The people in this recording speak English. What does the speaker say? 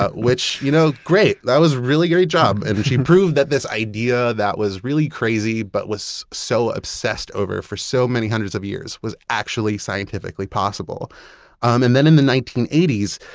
ah which, you know great. that was a really great job, and she proved that this idea that was really crazy but was so obsessed over for so many hundreds of years was actually scientifically possible um and then, in the nineteen eighty s,